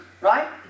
right